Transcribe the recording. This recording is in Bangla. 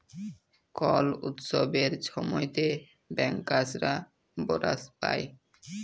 কল উৎসবের ছময়তে ব্যাংকার্সরা বলাস পায়